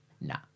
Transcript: Nah